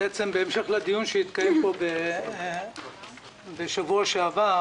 בהמשך לדיון שהתנהל פה בשבוע שעבר